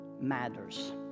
matters